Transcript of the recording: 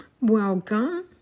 Welcome